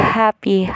happy